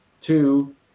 Two